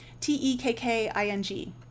T-E-K-K-I-N-G